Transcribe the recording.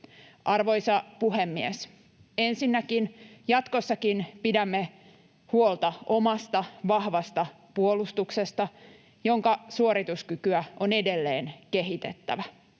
Arvoisa puhemies! Ensinnäkin, jatkossakin pidämme huolta omasta vahvasta puolustuksesta, jonka suorituskykyä on edelleen kehitettävä